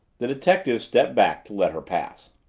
the detective stepped back to let her pass.